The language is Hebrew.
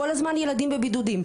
כל הזמן ילדים בבידודים,